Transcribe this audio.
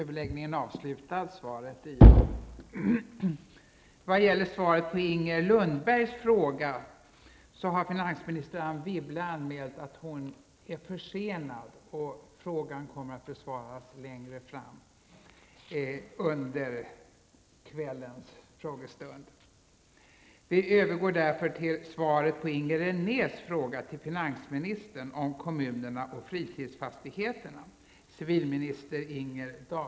Vad gäller svaret på Inger Lundbergs fråga 1991/92:61 om skatteutjämningsavgiften har finansminister Anne Wibble anmält att hon är försenad och att frågan kommer att besvaras längre fram under kvällens frågestund.